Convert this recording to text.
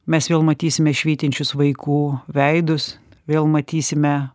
mes vėl matysime švytinčius vaikų veidus vėl matysime